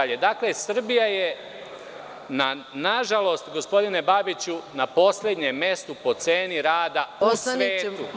Dakle, Srbija je nažalost gospodine Babiću na poslednjem mestu po ceni rada u svetu.